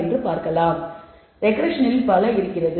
எனவே ரெக்ரெஸ்ஸனில் பல இருக்கிறது